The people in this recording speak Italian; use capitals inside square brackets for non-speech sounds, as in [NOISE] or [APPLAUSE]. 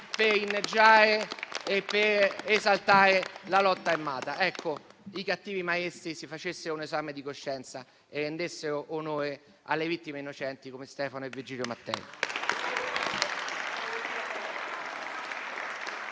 per inneggiare e per esaltare la lotta armata. [APPLAUSE] Ebbene, i cattivi maestri si facessero un esame di coscienza e rendessero onore alle vittime innocenti come Stefano e Virgilio Mattei.